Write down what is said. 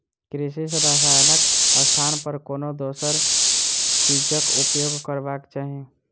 कृषि रसायनक स्थान पर कोनो दोसर चीजक उपयोग करबाक चाही